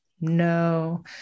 No